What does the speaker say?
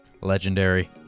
Legendary